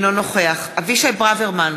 אינו נוכח אבישי ברוורמן,